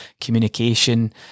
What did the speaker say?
communication